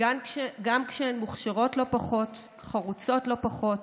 גם כשהן מוכשרות לא פחות, חרוצות לא פחות